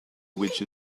which